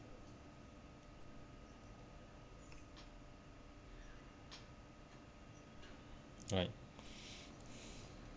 right